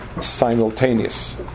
simultaneous